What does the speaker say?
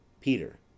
Peter